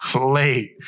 late